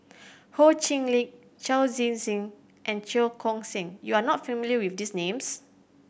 Ho Chee Lick Chao Tzee Cheng and Cheong Koon Seng you are not familiar with these names